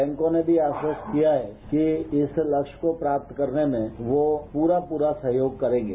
बैंकों ने भी आश्वस्त किया है कि इस लक्ष्य को प्राप्त करने में वो पूरा पूरा सहयोग करेंगे